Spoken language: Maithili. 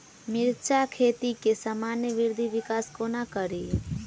मिर्चा खेती केँ सामान्य वृद्धि विकास कोना करि?